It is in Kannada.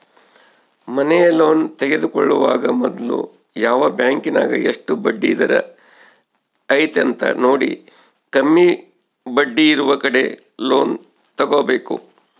ಮನೆಯ ಲೋನ್ ತೆಗೆದುಕೊಳ್ಳುವಾಗ ಮೊದ್ಲು ಯಾವ ಬ್ಯಾಂಕಿನಗ ಎಷ್ಟು ಬಡ್ಡಿದರ ಐತೆಂತ ನೋಡಿ, ಕಮ್ಮಿ ಬಡ್ಡಿಯಿರುವ ಕಡೆ ಲೋನ್ ತಗೊಬೇಕು